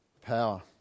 power